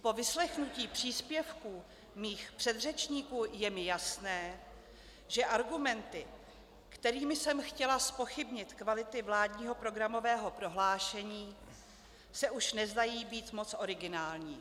Po vyslechnutí příspěvků mých předřečníků je mi jasné, že argumenty, kterými jsem chtěla zpochybnit kvality vládního programového prohlášení, se už nezdají být moc originální.